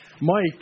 Mike